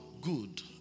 good